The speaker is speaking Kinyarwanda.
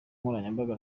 nkoranyambaga